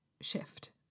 shift